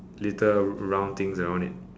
little round things around it